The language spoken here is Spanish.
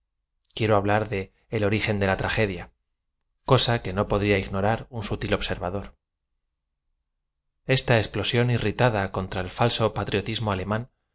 quiero hablar de m origen de ja tragedia cosa qne no podría ignorar un sutil observador esta e x plosión irritada contra el falso patriotismo alemán